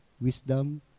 wisdom